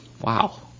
wow